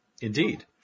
Indeed